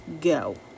go